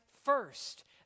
First